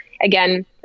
again